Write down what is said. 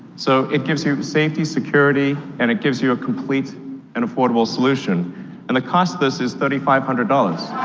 so it gives you safety, security, and it gives you a complete and affordable solution and the cost of this is three thousand five hundred dollars.